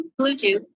Bluetooth